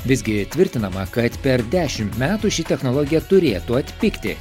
visgi tvirtinama kad per dešimt metų ši technologija turėtų atpigti